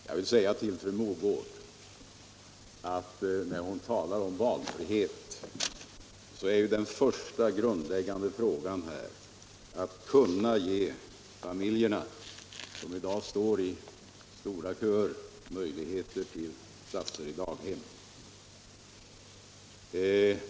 Till fru Mogård vill jag säga, att när hon talar om valfrihet måste man komma ihåg att den första och grundläggande frågan är att kunna ge familjer, som i dag står i daghemskön, möjligheter till platser på daghem.